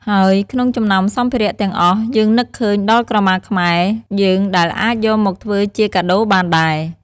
ហើយក្នុងចំណោមសម្ភារះទាំងអស់ យើងនឺកឃើញដល់ក្រមាខ្មែរយើងដែលអាចយកមកធ្វើជាការដូបានដែរ។